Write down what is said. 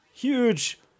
Huge